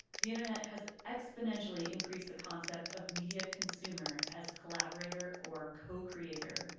the internet has exponentially increased the concept of media consumer as collaborator or co-creator.